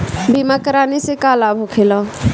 बीमा कराने से का लाभ होखेला?